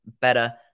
better